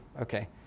Okay